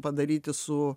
padaryti su